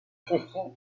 ceci